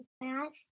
fast